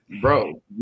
bro